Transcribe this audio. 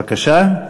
בבקשה?